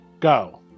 Go